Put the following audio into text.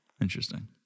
interesting